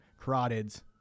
carotids